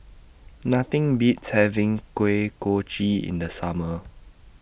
Nothing Beats having Kuih Kochi in The Summer